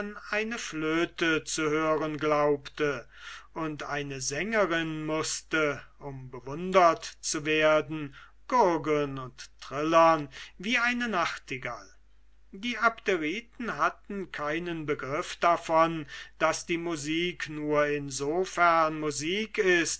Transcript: eine flöte zu hören glaubte und eine sängerin um bewundert zu werden mußte gurgeln und trillern wie eine nachtigall die abderiten hatten keinen begriff davon daß die musik nur in so fern musik